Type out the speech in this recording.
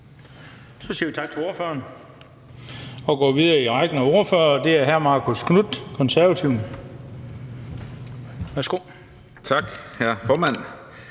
Så siger vi tak til ordføreren og går videre i rækken af ordførere, og det er hr. Marcus Knuth, Konservative. Værsgo. Kl. 19:01